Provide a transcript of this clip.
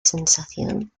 sensación